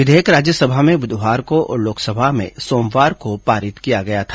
विधेयक राज्यसभा में बुधवार को और लोकसभा में सोमवार को पारित किया गया था